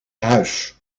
huis